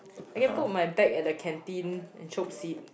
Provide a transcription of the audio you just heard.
I can put my bag at the canteen and chope seat